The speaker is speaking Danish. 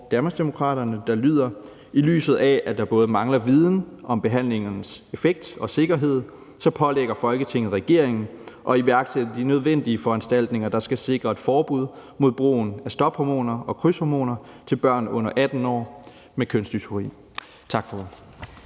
vedtagelse »I lyset af, at der mangler viden både om behandlingernes effekt og sikkerhed, pålægger Folketinget regeringen at iværksætte de nødvendige foranstaltninger, der skal sikre forbud mod brugen af stophormoner og krydshormoner til børn under 18 år med kønsdysfori.«